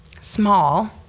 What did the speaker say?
small